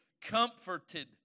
comforted